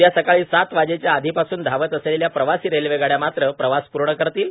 उदया सकाळी सात वाजेच्या आधीपासून धावत असलेल्या प्रवासी रेल्वेगाड्या मात्र प्रवास पूर्ण करतील